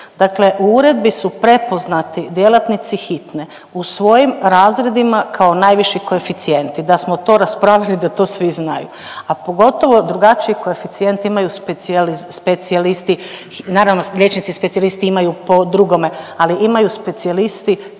dakle u uredbi su prepoznati djelatnici hitne, u svojim razredima kao najviši koeficijenti, da smo to raspravili, da to svi znaju, a pogotovo, drugačiji koeficijent imaju specijalisti, naravno liječnici specijalisti imaju po drugome, ali imaju specijalisti